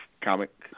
comic